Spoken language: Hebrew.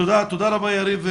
תודה רבה יריב.